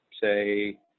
say